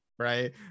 right